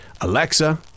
Alexa